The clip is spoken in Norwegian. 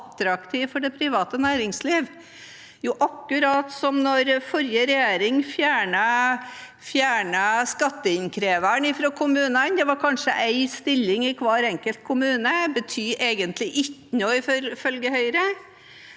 å være attraktiv for det private næringsliv? Da forrige regjering fjernet skatteinnkreveren fra kommunene – det var kanskje én stilling i hver enkelt kommune – betydde det egentlig ikke noe, ifølge Høyre.